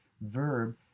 verb